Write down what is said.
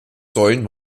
säulen